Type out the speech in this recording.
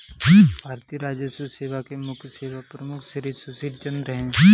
भारतीय राजस्व सेवा के मुख्य सेवा प्रमुख श्री सुशील चंद्र हैं